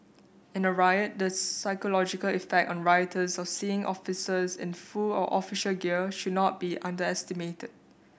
in a riot the psychological effect on rioters of seeing officers in full or official gear should not be underestimated